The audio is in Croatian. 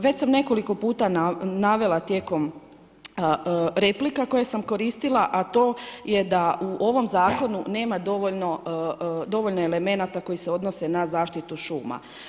Već sam nekoliko puta navela tijekom replika koje sam koristila, a to je da u ovom Zakonu nema dovoljno elemenata koji se odnose na zaštitu šuma.